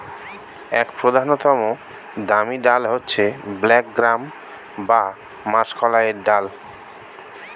এক প্রধানতম দামি ডাল হচ্ছে ব্ল্যাক গ্রাম বা মাষকলাইয়ের ডাল